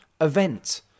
event